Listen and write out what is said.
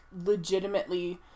legitimately